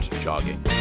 jogging